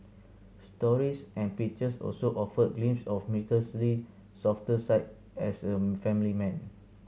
stories and pictures also offered glimpses of Mister Lee softer side as a family man